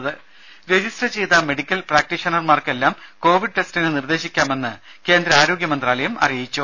രുമ രജിസ്റ്റർ ചെയ്ത മെഡിക്കൽ പ്രാക്ടീഷനർമാർക്കെല്ലാം കോവിഡ് ടെസ്റ്റിന് നിർദേശിക്കാമെന്ന് കേന്ദ്ര ആരോഗ്യ മന്ത്രാലയം അറിയിച്ചു